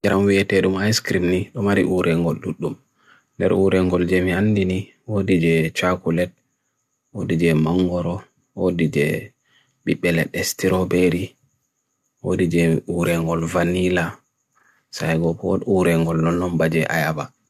jram weye terum ice cream ni tumari urengol dudum deru urengol jem yandini wo dije charcolet wo dije mangoro wo dije bi pelet estero beri wo dije urengol vanila saye go pot urengol non nomba jey ayaba